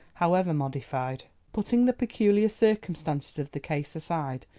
however modified. putting the peculiar circumstances of the case aside,